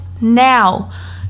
now